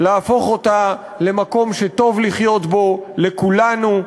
ולהפוך אותה למקום שטוב לחיות בו, לכולנו,